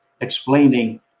explaining